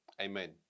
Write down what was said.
Amen